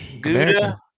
Gouda